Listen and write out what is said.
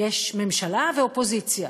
יש ממשלה ואופוזיציה,